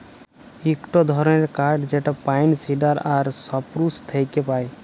ইকটো ধরণের কাঠ যেটা পাইন, সিডার আর সপ্রুস থেক্যে পায়